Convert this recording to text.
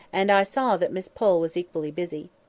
and i saw that miss pole was equally busy.